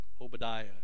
Obadiah